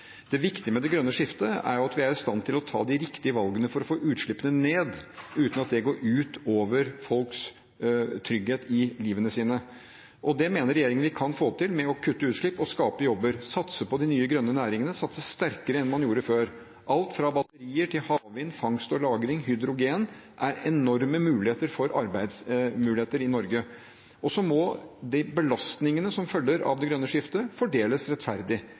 Det viktige med det grønne skiftet er jo at vi er i stand til å ta de riktige valgene for å få utslippene ned, uten at det går ut over tryggheten i folks liv. Det mener regjeringen vi kan få til ved å kutte utslipp og skape jobber, satse på de nye grønne næringene – satse sterkere enn man gjorde før. Alt fra batterier til havvind, fangst og lagring og hydrogen er enorme muligheter for arbeid i Norge. Så må de belastningene som følger av det grønne skiftet, fordeles rettferdig,